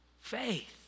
faith